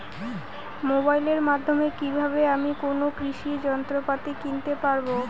মোবাইলের মাধ্যমে কীভাবে আমি কোনো কৃষি যন্ত্রপাতি কিনতে পারবো?